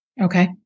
Okay